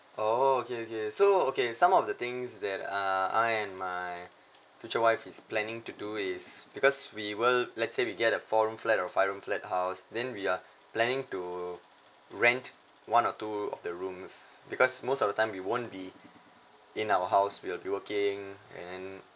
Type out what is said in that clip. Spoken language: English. oh okay okay so okay some of the things that uh I and my future wife is planning to do is because we will let's say we get a four room flat or five room flat house then we are planning to rent one or two of the rooms because most of the time we won't be in our house we will be working and